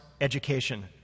education